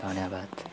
धन्यवाद